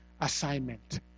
assignment